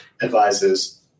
advisors